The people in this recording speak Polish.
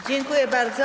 Dziękuję bardzo.